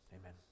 amen